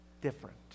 different